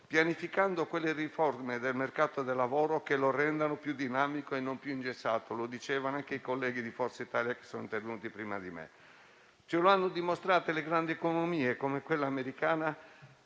pianificando quelle riforme del mercato del lavoro che lo rendano più dinamico e non più ingessato, come dicevano anche i colleghi di Forza Italia intervenuti prima di me. Ce lo hanno dimostrato le grandi economie, come quella americana,